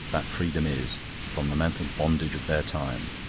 that freedom is from the mental bondage of their time.